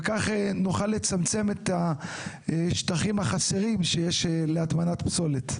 וכך נוכל לצמצם את השטחים החסרים שיש להטמנת פסולת.